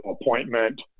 appointment